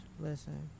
Listen